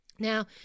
Now